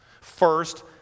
First